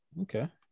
Okay